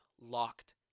locked